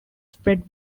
spread